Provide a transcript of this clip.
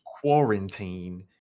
quarantine